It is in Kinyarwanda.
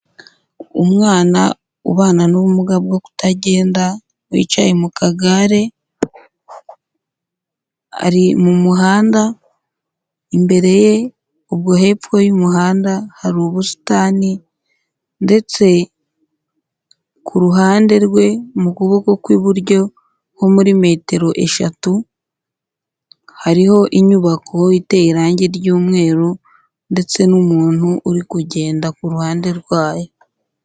Umwana ubana n'ubumuga bwo kutagenda, wicaye mu kagare, ari mu muhanda imbere ye, ubwo hepfo y'umuhanda hari ubusitani ndetse ku ruhande rwe mu kuboko kw'iburyo nko muri metero eshatu hariho inyubako iteye irangi ry'umweru ndetse n'umuntu uri kugenda ku ruhande rwayo.